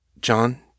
John